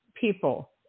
people